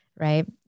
right